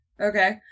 okay